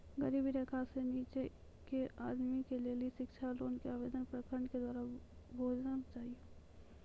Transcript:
गरीबी रेखा से नीचे के आदमी के लेली शिक्षा लोन के आवेदन प्रखंड के द्वारा भेजना चाहियौ?